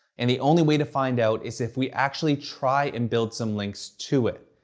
and the only way to find out is if we actually try and build some links to it.